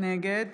נגד